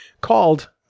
called